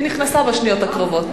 היא נכנסה בשניות הקרובות.